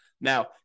Now